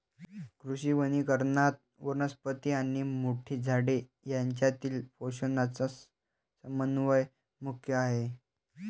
कृषी वनीकरणात, वनस्पती आणि मोठी झाडे यांच्यातील पोषणाचा समन्वय मुख्य आहे